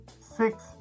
six